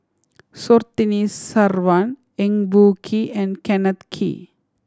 Surtini Sarwan Eng Boh Kee and Kenneth Kee